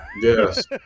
Yes